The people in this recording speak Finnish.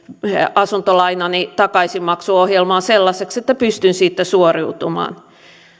asuntolainani takaisinmaksuohjelman sellaiseksi että pystyn siitä suoriutumaan